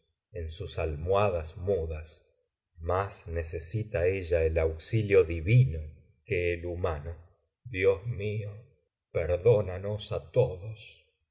en sus almohadas mudas más necesita ella el auxilio divino que el humano dios mío perdónanos á todos